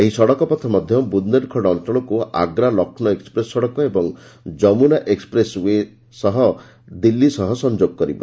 ଏହି ସଡ଼କପଥ ମଧ୍ୟ ବୁନ୍ଦେଲଖଣ୍ଡ ଅଞ୍ଚଳକୁ ଆଗ୍ରା ଲକ୍ଷ୍ନୌ ଏକ୍ୱପ୍ରେସ୍ ସଡ଼କ ଏବଂ ଜମୁନା ଏକ୍ୱପ୍ରେସ୍ ଓ୍ୱେ ସହ ଦେଇ ଦିଲ୍ଲୀ ସହ ସଂଯୋଗ କରିବ